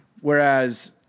Whereas